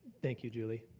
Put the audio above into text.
thank you, julie.